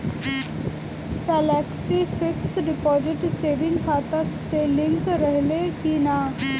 Flexi fix deposit saving खाता से link रहले कि ना?